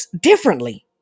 differently